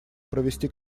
провести